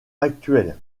actuel